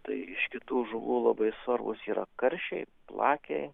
tai iš kitų žuvų labai svarbūs yra karšiai plakiai